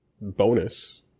Bonus